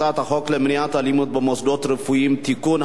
הצעת החוק למניעת אלימות במוסדות רפואיים (תיקון),